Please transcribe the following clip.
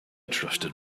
trusted